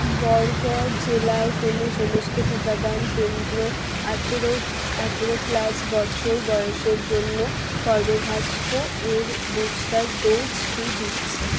বরগড় জেলায় কোনও সমস্ত টিকাদান কেন্দ্র আঠেরো আঠেরো প্লাস বছর বয়সের জন্য কর্বেভ্যাক্স এর বুস্টার ডোজটি দিচ্ছে